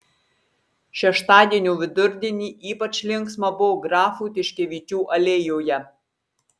šeštadienio vidurdienį ypač linksma buvo grafų tiškevičių alėjoje